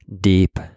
deep